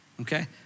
Okay